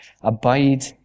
Abide